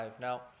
now